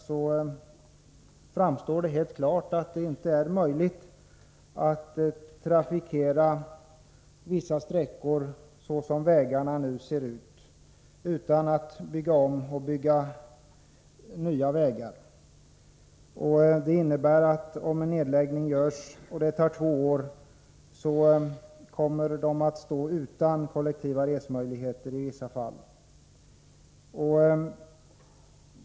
Det framstår dock helt klart att det inte är möjligt att trafikera vissa sträckor, såsom vägarna nu ser ut, utan att bygga om och bygga nya vägar. Det innebär att om en nedläggning genomförs, och det tar två år att bygga ny väg, kommer lokalbefolkningen i vissa fall att stå utan kollektiva resemöjligheter.